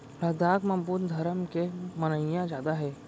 लद्दाख म बुद्ध धरम के मनइया जादा हे